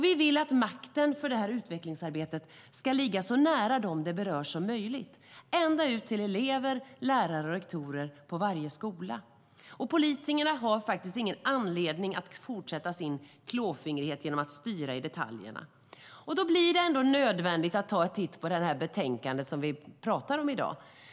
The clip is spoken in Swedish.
Vi vill att makten över detta utvecklingsarbete ska ligga så nära dem det berör som möjligt, ända ut till elever, lärare och rektorer på varje skola. Politikerna har faktiskt ingen anledning att fortsätta med sin klåfingrighet genom att styra i detaljerna. Då blir det nödvändigt att ta en titt på det betänkande vi pratar om i dag.